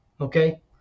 okay